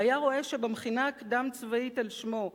הוא היה רואה שבמכינה הקדם-צבאית על שמו,